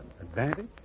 Advantage